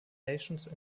nations